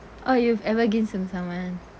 oh you've ever give to someone